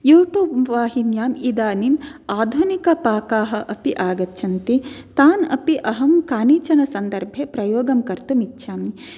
YouTube वाहिन्याम् इदानीम् आधुनिकपाकाः अपि आगच्छन्ति तान् अपि अहं कानिचन सन्दर्भे प्रयोगं कर्तुम् इच्छामि